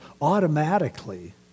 automatically